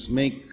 make